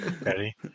Ready